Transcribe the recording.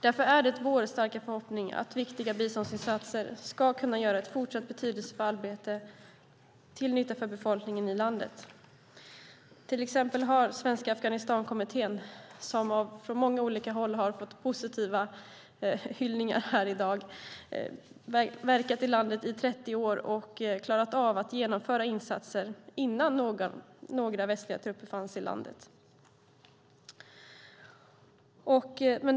Därför är det vår starka förhoppning att viktiga biståndsinsatser ska kunna göra ett fortsatt betydelsefullt arbete till nytta för befolkningen i landet. Till exempel har Svenska Afghanistankommittén, som från många olika håll har hyllats här i dag, verkat i landet i 30 år och klarat av att genomföra insatser innan några västliga trupper fanns i landet.